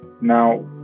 now